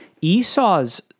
Esau's